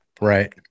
Right